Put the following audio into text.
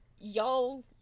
y'all